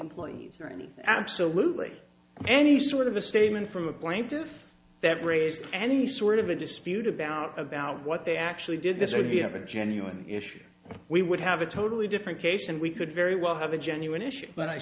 employees or anything absolutely any sort of a statement from a plaintiff that raised any sort of a dispute about about what they actually did this or you have a genuine issue we would have a totally different case and we could very well have a genuine issue but i